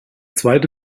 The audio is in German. zweite